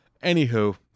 anywho